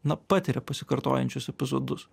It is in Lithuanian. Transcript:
na patiria pasikartojančius epizodus